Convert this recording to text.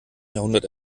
jahrhundert